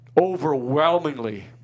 overwhelmingly –